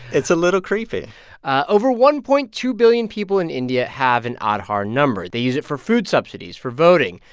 it's a little creepy over one point two billion people in india have an aadhaar number. they use it for food subsidies, for voting,